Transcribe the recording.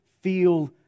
feel